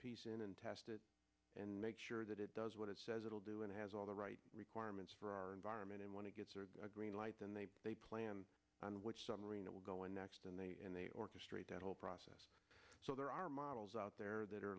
piece in and test it and make sure that it does what it says it will do and it has all the right requirements for our environment and want to get a green light then they plan on which some arena will go in next and they and they orchestrate that whole process so there are models out there that are